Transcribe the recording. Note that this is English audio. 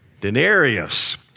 denarius